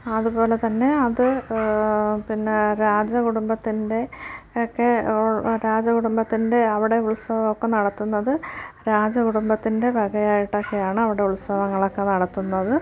അതുപോലെ തന്നെ അത് പിന്നെ രാജ കുടുംബത്തിൻ്റെയൊക്കെ രാജ കുടുംബത്തിൻ്റെ അവിടെ ഉത്സവമൊക്കെ നടത്തുന്നത് രാജ കുടുംബത്തിൻ്റെ വകയായിട്ടൊക്കെയാണ് അവിടെ ഉത്സവങ്ങളൊക്കെ നടക്കുന്നത്